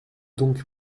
donc